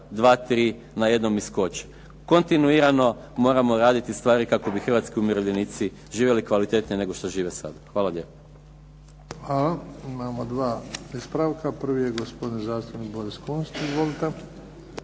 Hvala. Imamo dva ispravka. Prvi je gospodin zastupnik, Boris Kunst.